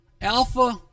Alpha